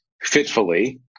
fitfully